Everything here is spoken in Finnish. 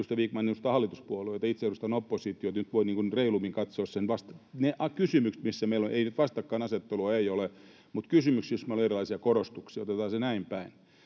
Vikman edustaa hallituspuolueita ja itse edustan oppositiota. Nyt voi reilummin katsoa ne kysymykset, missä meillä on, ei nyt vastakkainasettelua mutta erilaisia korostuksia — otetaan se näin päin.